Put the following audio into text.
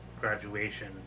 graduation